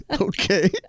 okay